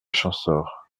champsaur